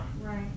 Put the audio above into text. Right